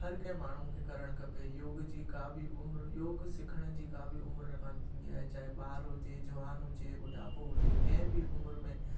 हर कंहिं माण्हू खे करण खपे योग जी का बि उमिरि योग सिखण जी का बि उमिरि कोन्ह थींदी आहे चाहे ॿार हुजे जवान हुजे ॿुढापो हुजे कंहिं बि उमिरि में